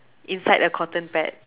inside the cotton pad